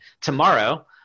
tomorrow